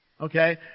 Okay